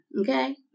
okay